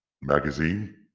magazine